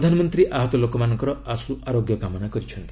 ପ୍ରଧାନମନ୍ତ୍ରୀ ଆହତ ଲୋକମାନଙ୍କର ଆଶୁ ଆରୋଗ୍ୟ କାମନା କରିଛନ୍ତି